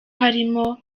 harimo